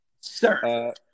sir